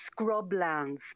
Scrublands